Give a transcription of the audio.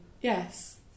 Yes